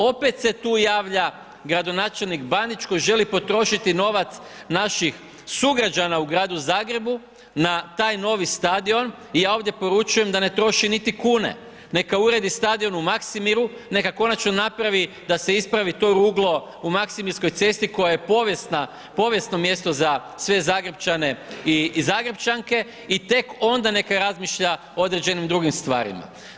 Opet se tu javlja gradonačelnik Bandić koji želi potrošiti novac naših sugrađana u Gradu Zagrebu na taj novi stadion i ja ovdje poručujem da ne troši niti kune, neka uredi stadion u Maksimiru, neka konačno napravi da se ispravi to ruglo u Maksimirskoj cesti koje je povijesno mjesto za sve Zagrepčane i Zagrepčanke i tek onda neka razmišlja o određenim drugim stvarima.